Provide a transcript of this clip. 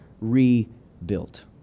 rebuilt